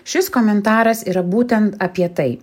šis komentaras yra būtent apie tai